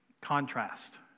Contrast